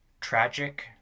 tragic